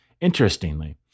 Interestingly